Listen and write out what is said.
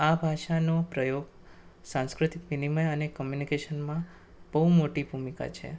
આ ભાષાનો પ્રયોગ સાંસ્કૃતિક વિનિમય અને કમ્યુનિકેશનમાં બહુ મોટી ભૂમિકા છે